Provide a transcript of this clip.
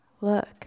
Look